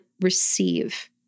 receive